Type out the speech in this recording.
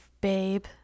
babe